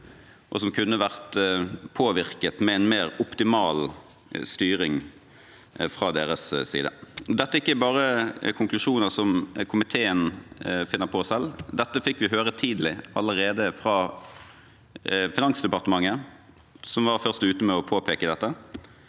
som kunne vært påvirket med en mer optimal styring fra deres side. Dette er ikke bare konklusjoner som komiteen finner på selv. Dette fikk vi høre tidlig, allerede fra Finansdepartementet, som var først ute med å påpeke dette.